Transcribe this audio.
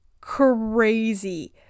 crazy